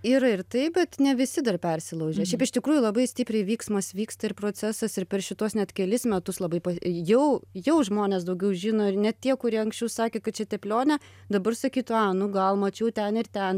yra ir taip bet ne visi dar persilaužę šiaip iš tikrųjų labai stipriai vyksmas vyksta ir procesas ir per šituos net kelis metus labai jau jau žmonės daugiau žino ir net tie kurie anksčiau sakė kad čia teplionė dabar sakytų a nu gal mačiau ten ir ten